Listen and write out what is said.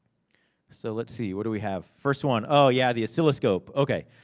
so, let's see, what do we have? first one, oh yeah, the oscilloscope. okay.